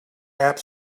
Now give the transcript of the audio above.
app